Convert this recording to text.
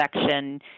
section